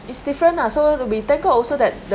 it's different lah so we also that the